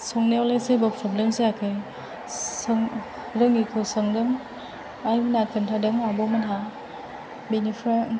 संनायावलाय जेबो प्रब्लेम जायाखै सों रोङैखौ सोंदों आइमोनहा खोन्थादों आब'मोनहा बिनिफ्राय